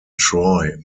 troy